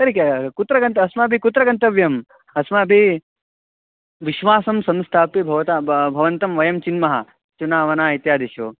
तर्हि के कुत्र गन्तव्यम् अस्माभिः कुत्र गन्तव्यम् अस्माभिः विश्वासं संस्थापि भवता बा भवन्तं वयं चिनुमः चुनावना इत्यादिषु